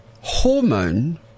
Hormone